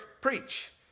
preach